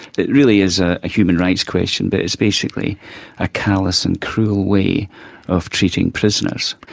it really is ah a human rights question, but it's basically a callous and cruel way of treating prisoners.